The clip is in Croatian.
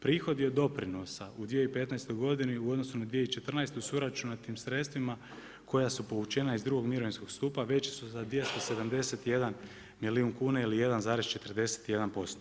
Prihodi od doprinosa u 2015. godini u odnosu na 2014. s uračunatim sredstvima koja su povučena iz drugog mirovinskog stupa veći su za 271 milijun kuna ili 1,41%